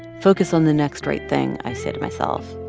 focus on the next right thing, i say to myself.